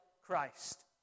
Christ